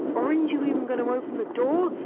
orange you even going to open the door!